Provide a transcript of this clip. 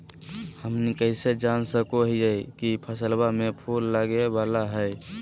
हमनी कइसे जान सको हीयइ की फसलबा में फूल लगे वाला हइ?